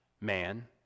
man